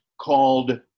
called